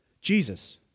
Jesus